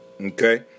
okay